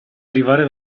arrivare